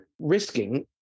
risking